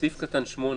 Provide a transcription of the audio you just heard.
סעיף (8),